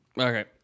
Okay